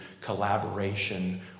collaboration